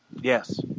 Yes